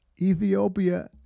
Ethiopia